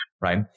Right